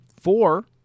four